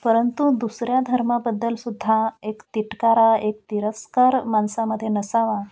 परंतु दुसऱ्या धर्माबद्दलसुद्धा एक तिटकारा एक तिरस्कार माणसामध्ये नसावा